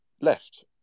left